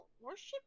worship